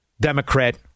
Democrat